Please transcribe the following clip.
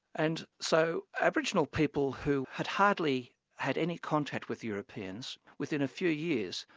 and so aboriginal people who had hardly had any contact with europeans, within a few years,